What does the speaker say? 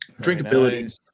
Drinkability